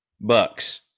Bucks